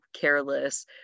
careless